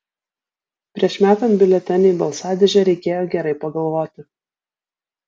prieš metant biuletenį į balsadėžę reikėjo gerai pagalvoti